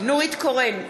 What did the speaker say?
נורית קורן,